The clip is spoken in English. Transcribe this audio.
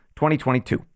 2022